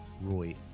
Roy